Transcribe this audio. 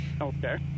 Okay